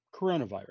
Coronavirus